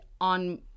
on